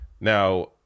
Now